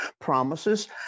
Promises